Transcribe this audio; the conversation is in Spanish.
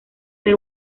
ser